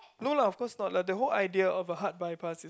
no lah of course not lah the whole idea of a heart bypass is